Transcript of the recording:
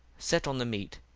set on the meat,